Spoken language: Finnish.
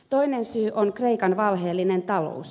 toinen syy on kreikan valheellinen talous